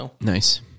Nice